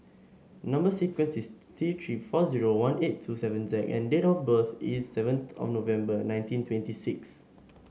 number sequence is T Three four zero one eight two seven Z and date of birth is seventh of November nineteen twenty six